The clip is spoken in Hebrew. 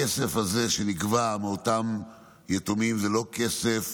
הכסף הזה שנגבה מאותם יתומים הוא לא כסף